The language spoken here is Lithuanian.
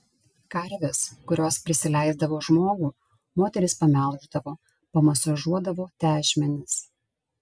karves kurios prisileisdavo žmogų moterys pamelždavo pamasažuodavo tešmenis